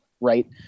right